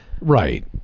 Right